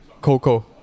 Coco